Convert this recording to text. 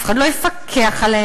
אף אחד לא יפקח עליהם,